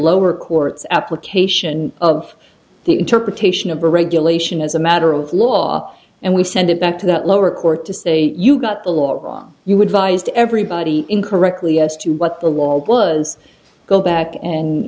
lower courts application of the interpretation of the regulation as a matter of law and we send it back to the lower court to say you've got the law you would violate everybody in correctly as to what the law was go back and